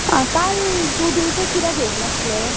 आं काल तूं ड्युटेक कित्याक येवंक नासलें